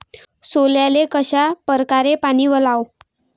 सोल्याले कशा परकारे पानी वलाव?